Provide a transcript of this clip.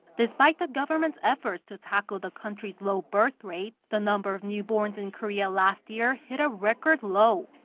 despite the government's efforts to tackle the country's low birth rate, the number of newborns in korea last year hit a record low.